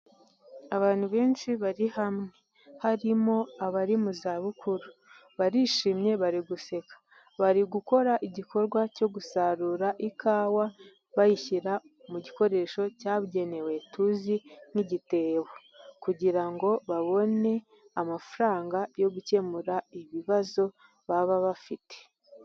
Abantu benshi bari hamwe, harimo abari mu zabukuru, barishimye bari guseka, bari gukora igikorwa cyo gusarura ikawa bayishyira mu gikoresho cyabugenewe tuzi nk'igitebo kugira ngo babone amafaranga yo gukemura ibibazo baba bafite.